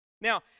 Now